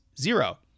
zero